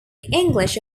english